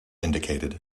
indicated